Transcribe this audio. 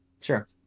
sure